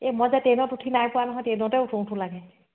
এই মই যে ট্ৰেইনত উঠি নাই পোৱা নহয় ট্ৰেইনতে উঠো উঠো লাগে